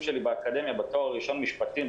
שלי באקדמיה בתואר הראשון במשפטים,